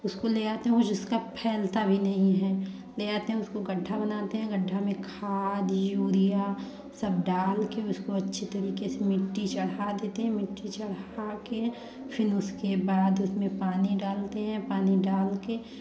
उसको ले आते हैं वो जिसका फैलता भी नहीं है ले आते हैं उसको गड्ढा बनाते हैं गड्ढा में खाद यूरिया सब डाल के उसको अच्छी तरीके से मिट्टी चढ़ा देते हैं मिट्टी चढ़ा के फिर उसके बाद उसमें पानी डालते हैं पानी डाल के